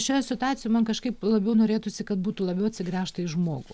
šioje situacijoje man kažkaip labiau norėtųsi kad būtų labiau atsigręžta į žmogų